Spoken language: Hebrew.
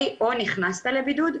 או נכנסת לבידוד,